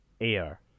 air